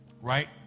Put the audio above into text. Right